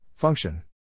Function